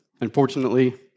Unfortunately